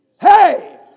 Hey